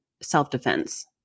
self-defense